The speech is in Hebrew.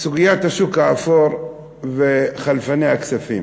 סוגיית השוק האפור וחלפני הכספים.